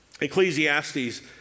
Ecclesiastes